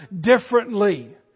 differently